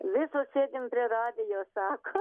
visos sėdim prie radijo sako